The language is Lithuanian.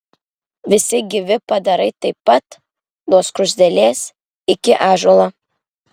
visi gyvi padarai taip pat nuo skruzdėlės iki ąžuolo